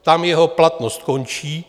Tam jeho platnost končí.